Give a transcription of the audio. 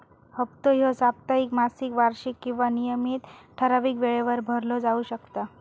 हप्तो ह्यो साप्ताहिक, मासिक, वार्षिक किंवा नियमित ठरावीक वेळेवर भरलो जाउ शकता